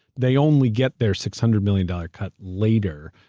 they only get their six hundred million dollars cut later,